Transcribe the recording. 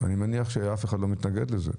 אני מניח שאף אחד לא מתנגד לזה.